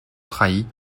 trahi